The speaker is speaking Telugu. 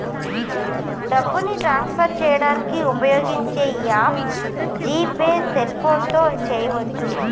డబ్బుని ట్రాన్స్ఫర్ చేయడానికి ఉపయోగించే యాప్ జీ పే సెల్ఫోన్తో చేయవచ్చు